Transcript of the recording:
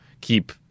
keep